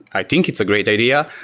i think it's a great idea.